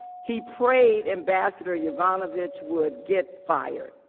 he prayed ambassador yovanovitch would get fired,